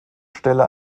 stelle